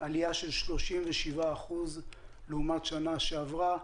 שזאת עלייה של 37% לעומת שנה שעברה.